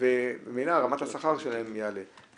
גוגל בנו את זה ביחד איתנו לפי ההבנה שלהם בצרכים ובחוסר בתעשייה,